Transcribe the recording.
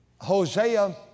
Hosea